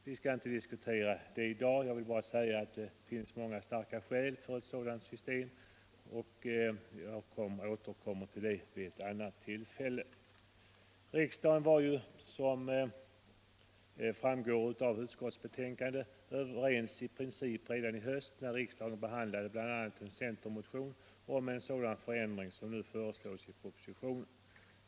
Vi skall inte diskutera det i dag — jag vill bara säga att det finns många starka skäl för ett sådant system, och jag återkommer till det vid ett annat tillfälle. Riksdagen var ju, som framgår av utskottsbetänkandet, överens i princip redan i höstas när riksdagen behandlade bl.a. en centermotion om en sådan förändring som nu föreslås i propositionen.